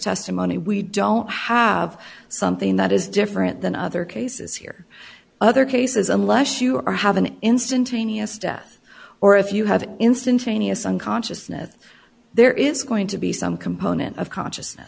testimony we don't have something that is different than other cases here other cases unless you are have an instantaneous death or if you have instantaneous unconsciousness there is going to be some component consciousness